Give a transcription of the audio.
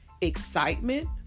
excitement